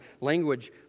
language